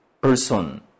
Person